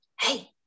hey